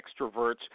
extroverts